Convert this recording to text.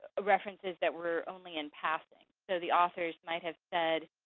ah references that were only in passing, so the authors might have said,